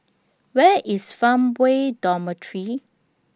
Where IS Farmway Dormitory